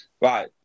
Right